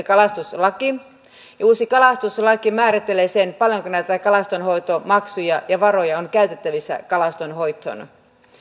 kalastuslaki ja uusi kalastuslaki määrittelee sen paljonko näitä kalastonhoitomaksuja ja varoja on käytettävissä kalastonhoitoon